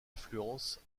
affluence